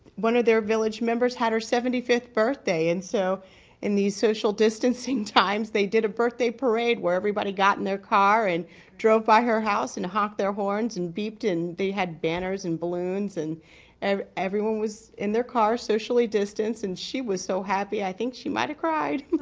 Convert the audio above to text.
one of their village members hatter seventy fifth birthday and so in these social distancing times they did a birthday parade where everybody got in their car and drove by her house in hock their horns and beeped in they had banners and balloons and and everyone was in their car socially distance and she was so happy i think she might have tried.